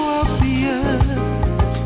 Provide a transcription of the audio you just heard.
obvious